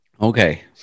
Okay